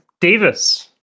Davis